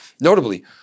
Notably